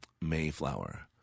Mayflower